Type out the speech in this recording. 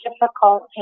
difficult